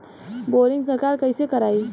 Boring सरकार कईसे करायी?